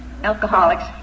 Alcoholics